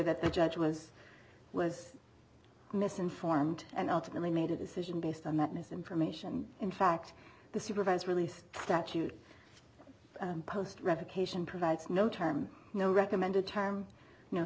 that the judge was was misinformed and ultimately made a decision based on that misinformation in fact the supervised release statute post revocation provides no term no recommended term no